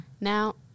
Now